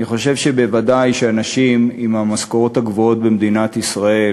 אני חושב שוודאי שאנשים עם המשכורות הגבוהות במדינת ישראל,